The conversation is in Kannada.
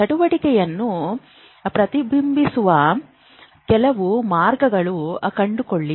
ಚಟುವಟಿಕೆಯನ್ನು ಪ್ರತಿಬಿಂಬಿಸುವ ಕೆಲವು ಮಾರ್ಗಗಳನ್ನು ಕಂಡುಕೊಳ್ಳಿ